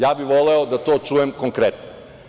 Ja bih voleo da to čujem konkretno.